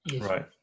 Right